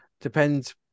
depends